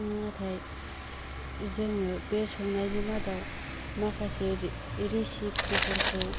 नाथाय जोङो बे संनायनि मादाव माखासे रेसिपिफोरखौ